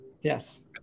yes